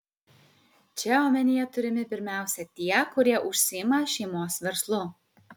čia omenyje turimi pirmiausia tie kurie užsiima šeimos verslu